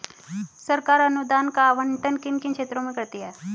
सरकार अनुदान का आवंटन किन किन क्षेत्रों में करती है?